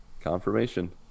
Confirmation